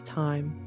time